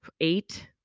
eight